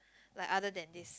like other than this